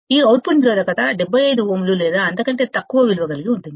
ఈ అవుట్పుట్ నిరోధకత 75 ఓంలు లేదా అంతకంటే తక్కువ విలువ కలిగి ఉంటుంది